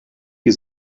die